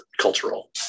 cultural